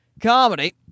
comedy